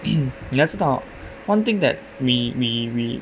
mm 你要知道 one thing that we we we